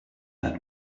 that